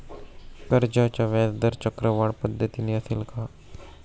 कर्जाचा व्याजदर चक्रवाढ पद्धतीने असेल का?